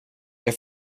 jag